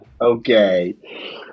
okay